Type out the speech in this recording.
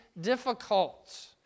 difficult